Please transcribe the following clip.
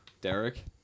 Derek